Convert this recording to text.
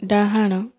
ଡାହାଣ